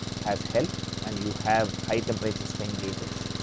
has help, and you have high temperature strain gauges